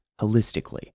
holistically